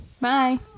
Bye